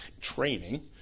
training